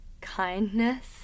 kindness